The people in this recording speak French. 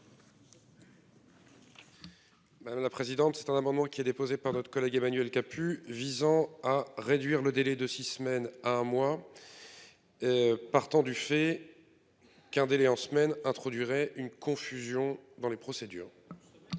Madame la présidente. C'est un amendement qui est déposé par notre collègue Emmanuel Capus visant à réduire le délai de six semaines à un mois. Partant du fait. Qu'un délai en semaine introduirait une confusion dans les procédures.